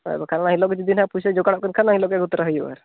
ᱟᱨ ᱵᱟᱠᱷᱟᱱ ᱮᱱ ᱦᱤᱞᱳᱜ ᱡᱩᱫᱤ ᱱᱟᱦᱟᱜ ᱯᱩᱭᱥᱟᱹ ᱡᱚᱜᱟᱲᱚᱜ ᱠᱷᱟᱱ ᱤᱱᱟᱹ ᱦᱤᱞᱳᱜ ᱜᱮ ᱟᱹᱜᱩ ᱛᱚᱨᱟᱭ ᱦᱩᱭᱩᱜᱼᱟ